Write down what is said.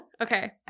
okay